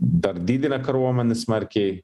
dar didina kariuomenes smarkiai